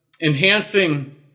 enhancing